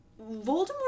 voldemort